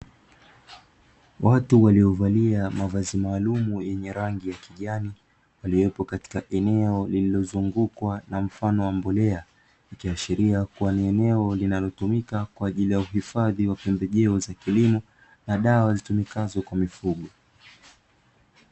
Watu waliovalia mavazi maalumu, yenye rangi ya kijani, waliopo katika eneo lililozungukwa na mfano wa mbolea. Llikiashiria kuwa ni eneo linalotumika kwa ajili uhifadhi ya pembejeo za kilimo, na dawa zitumikazo kwa mifugo.